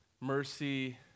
mercy